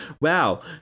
wow